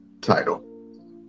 title